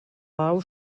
pau